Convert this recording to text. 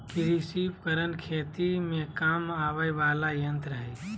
कृषि उपकरण खेती में काम आवय वला यंत्र हई